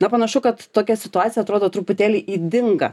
na panašu kad tokia situacija atrodo truputėlį ydinga